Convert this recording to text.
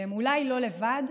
שהם אולי לא לבד,